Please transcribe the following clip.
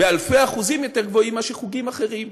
באלפי אחוזים יותר גבוהים מאשר חוגים אחרים.